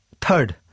Third